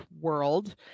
world